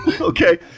Okay